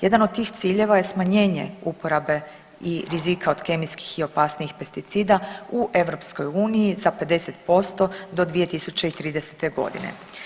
Jedan od tih ciljeva je smanjenje uporabe i rizika od kemijskih i opasnijih pesticida u EU za 50% do 2030. godine.